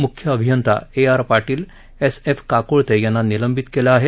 मुख्य अभियंता A R Patil S F Kakulte यांना निलंबित केलं आहे